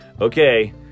Okay